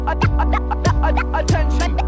Attention